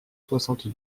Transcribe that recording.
soixante